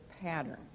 pattern